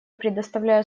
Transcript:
предоставляю